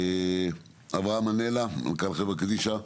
אברהם מנלה מנכ"ל חברה קדישא,